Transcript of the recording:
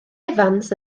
evans